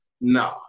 No